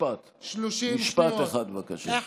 משפט אחד, בבקשה.